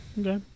Okay